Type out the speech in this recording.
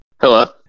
Hello